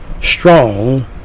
strong